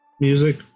music